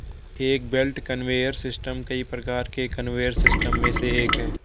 एक belt conveyor system कई प्रकार के कन्वेयर सिस्टम में से एक है